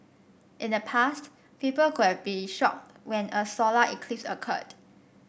in the past people could be shocked when a solar eclipse occurred